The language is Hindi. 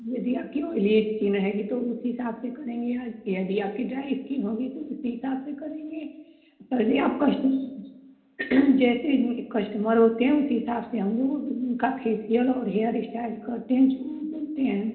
यदि आपकी ऑइली इस्किन रहेगी तो उस हिसाब से करेंगे या यदि आपकी ड्राई इस्किन होगी तो उसी हिसाब से करेंगे पर या कश्टमर जैसे कश्टमर होते हैं उसी हिसाब से हम लोग उनका फेसियल और हेयर इश्टाइल करते हैं जो वो बोलते हैं